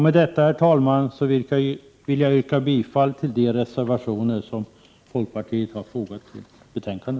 Med detta, herr talman, yrkar jag bifall till de folkpartireservationer som fogats till detta betänkande.